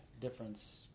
difference